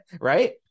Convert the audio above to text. right